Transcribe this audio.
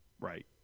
Right